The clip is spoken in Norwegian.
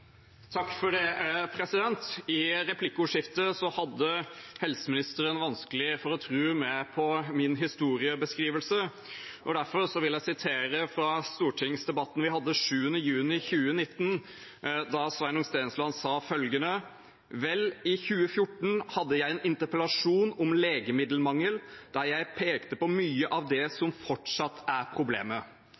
hadde helseministeren vanskelig for å tro meg på min historiebeskrivelse. Derfor vil jeg sitere fra stortingsdebatten vi hadde 7. juni 2019, da Sveinung Stensland sa: «Vel, i 2014 hadde jeg en interpellasjon om legemiddelmangel der jeg pekte på mye av det som fortsatt er problemet»